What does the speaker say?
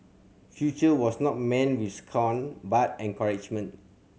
future was not met with scorn but encouragement